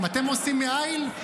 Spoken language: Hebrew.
גם אתם עושים מאיל?